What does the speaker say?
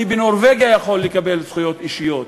אני בנורבגיה יכול לקבל זכויות אישיות.